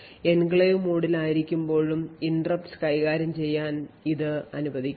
enclave മോഡിലായിരിക്കുമ്പോഴും interrupts കൈകാര്യം ചെയ്യാൻ ഇതു അനുവദിക്കും